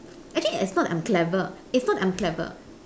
actually it's not that I'm clever it's not that I'm clever